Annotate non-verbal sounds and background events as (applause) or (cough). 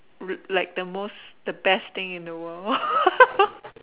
like the most the best thing in the world (laughs)